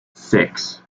six